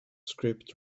script